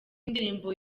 indirimbo